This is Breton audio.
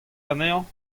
anezhañ